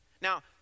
Now